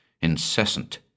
incessant